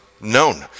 known